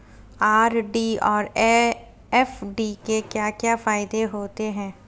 RD और FD के क्या क्या फायदे होते हैं?